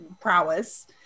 prowess